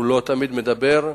הוא לא תמיד מדבר.